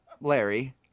Larry